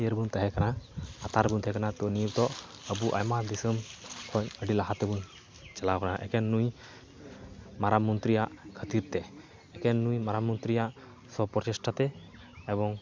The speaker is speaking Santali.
ᱤᱭᱟᱹᱨᱮ ᱵᱚᱱ ᱛᱟᱦᱮᱸᱠᱟᱱᱟ ᱞᱟᱛᱟᱨᱮ ᱵᱚᱱ ᱛᱟᱦᱮᱸᱠᱟᱱᱟ ᱛᱳ ᱱᱤᱛᱚᱜ ᱟᱵᱚ ᱟᱭᱢᱟ ᱫᱤᱥᱚᱢ ᱠᱷᱚᱱ ᱟᱹᱰᱤ ᱞᱟᱦᱟᱛᱮᱵᱚᱱ ᱪᱟᱞᱟᱣ ᱟᱠᱟᱱᱟ ᱮᱠᱮᱱ ᱱᱩᱭ ᱢᱟᱨᱟᱝ ᱢᱚᱱᱛᱨᱤᱭᱟᱜ ᱠᱷᱟᱹᱛᱤᱨᱛᱮ ᱮᱠᱮᱱ ᱱᱩᱭ ᱢᱟᱨᱟᱝ ᱢᱚᱱᱛᱨᱤᱭᱟᱜ ᱥᱚᱯᱨᱚᱪᱮᱥᱴᱚᱛᱮ ᱮᱵᱚᱝ